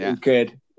Good